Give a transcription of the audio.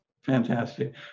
Fantastic